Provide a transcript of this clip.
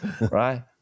Right